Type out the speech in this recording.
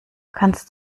kannst